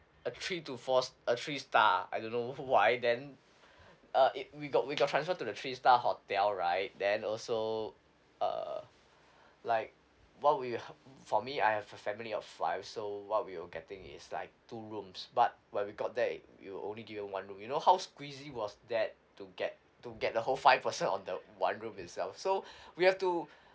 a three to four s~ a three star I don't know why then uh it we got we got transferred to the three star hotel right then also uh like what we ha~ for me I have a family of five so what we were getting is like two rooms but when we got there we were only given one room you know how squeezy was that to get to get the whole five person on that one room itself so we have to